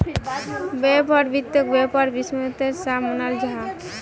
व्यापार वित्तोक व्यापारेर वित्त्पोशानेर सा मानाल जाहा